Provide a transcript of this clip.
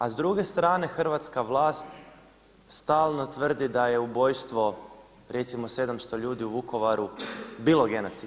A s druge strane hrvatska vlast stalno tvrdi da je ubojstvo recimo 700 ljudi u Vukovaru bilo genocid.